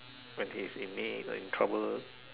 when he's in need or in trouble